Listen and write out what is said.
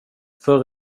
förr